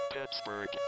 Pittsburgh